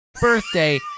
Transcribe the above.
birthday